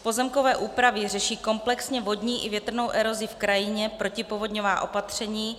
Pozemkové úpravy řeší komplexně vodní i větrnou erozi v krajině, protipovodňová opatření.